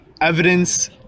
evidence